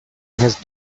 his